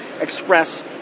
express